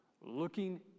looking